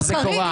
קארין,